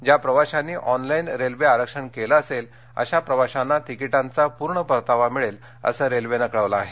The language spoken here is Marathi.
ज्या प्रवाश्यांनी ऑनलाईन रेल्वे आरक्षण केलं असेल अशा प्रवाशांना तिकिटांचा पूर्ण परतावा मिळेल असं रेल्वेने कळवलं आहे